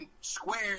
square